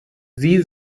sie